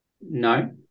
No